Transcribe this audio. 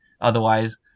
Otherwise